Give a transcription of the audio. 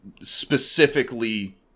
specifically